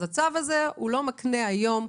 אז הצו הזה לא מקנה היום,